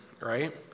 right